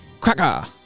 Cracker